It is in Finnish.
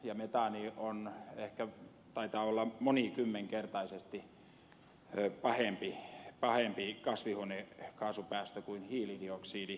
ja metaani taitaa olla monikymmenkertaisesti pahempi kasvihuonekaasupäästö kuin hiilidioksidi